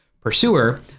pursuer